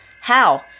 How